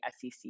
SEC